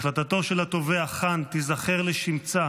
החלטתו של התובע קאן תיזכר לשמצה